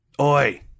Oi